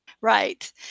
Right